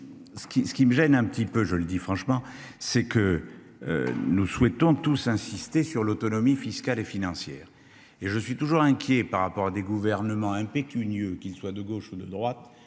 ce qui me gêne un petit peu, je le dis franchement c'est que. Nous souhaitons tous insisté sur l'autonomie fiscale et financière, et je suis toujours inquiet par rapport à des gouvernements impécunieux qu'ils soient de gauche ou de droite,